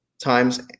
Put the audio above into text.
Times